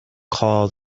call